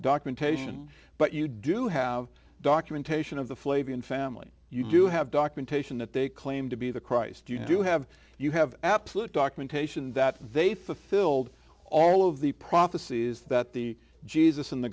documentation but you do have documentation of the flavian family you do have documentation that they claim to be the christ you do have you have absolute documentation that they fulfilled all of the prophecies that the jesus in the